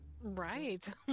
Right